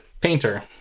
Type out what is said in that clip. painter